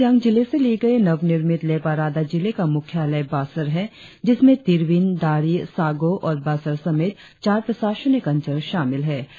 lower Siang जिले से ली गई नव निर्मित लेपा राडा जिले का मुख्यालय बासर है जिसमें तिरबिन दारी सागो और बासर समेत चार प्रशासनिक अंचल शामिल है